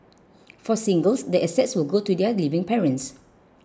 for singles the assets will go to their living parents